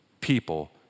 people